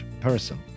person